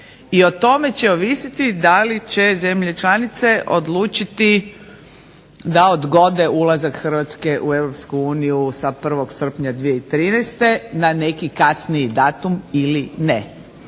i o tome će ovisiti da li će zemlje članice odlučiti da odgode ulazak Hrvatske u EU sa 1. srpnja 2013. na neki kasniji datum ili ne.